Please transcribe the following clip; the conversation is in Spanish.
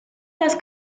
las